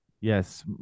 Yes